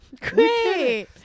Great